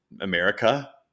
America